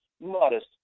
modest